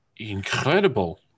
incredible